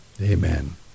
Amen